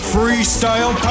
Freestyle